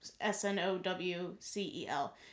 S-N-O-W-C-E-L